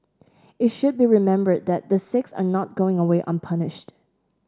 it should be remembered that the six are not going away unpunished